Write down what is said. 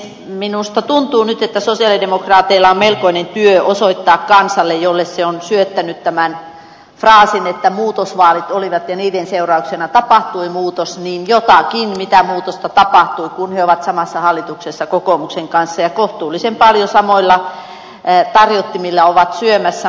minusta tuntuu nyt että sosialidemokraateilla on melkoinen työ osoittaa kansalle jolle se on syöttänyt tämän fraasin että muutosvaalit olivat ja niiden seurauksena tapahtui muutos mutta mitä muutosta tapahtui kun he ovat samassa hallituksessa kokoomuksen kanssa ja kohtuullisen paljon samoilta tarjottimilta ovat syömässä